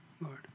Lord